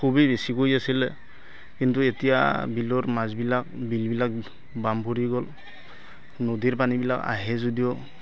খুবেই বেছিকৈ আছিলে কিন্তু এতিয়া বিলৰ মাছবিলাক বিলবিলাক বাম ভৰি গ'ল নদীৰ পানীবিলাক আহে যদিও